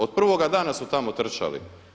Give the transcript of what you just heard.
Od prvoga dana su tamo trčali.